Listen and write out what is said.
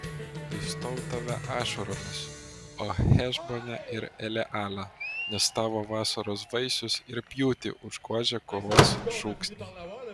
laistau tave ašaromis o hešbone ir eleale nes tavo vasaros vaisius ir pjūtį užgožė kovos šūksniai